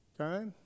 okay